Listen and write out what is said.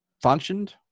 functioned